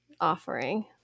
offering